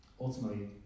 ultimately